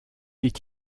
est